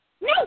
No